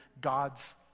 God's